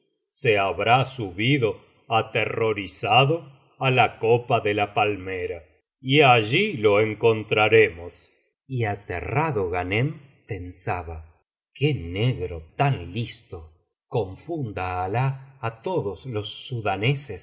se habrá subido aterrorizado á la copa de la palmera y allí lo encontraremos y aterrado grhanem pensaba qué negro tan listo confunda alah á todos los